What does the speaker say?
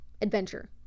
adventure